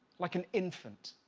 like an infant.